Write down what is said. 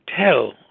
tell